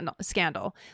scandal